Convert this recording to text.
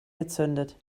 gezündet